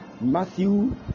Matthew